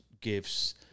gives